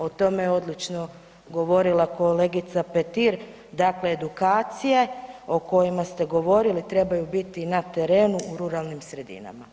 O tome je odlično govorila kolegica Petir, dakle edukacije o kojima ste govorili trebaju biti na terenu u ruralnim sredinama.